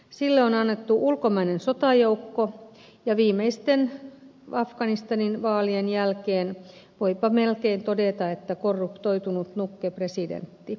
sille on annettu ulkomainen sotajoukko ja viimeisten afganistanin vaalien jälkeen voipa melkein todeta että korruptoitunut nukkepresidentti